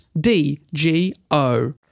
D-G-O